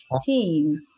team